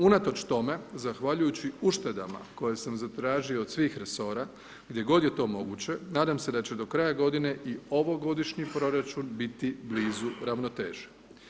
Unatoč tome, zahvaljujući uštedama koje sam zatražio od svih resora, gdje god je to moguće, nadam se da će do kraja godine i ovogodišnji proračun biti blizu ravnoteže.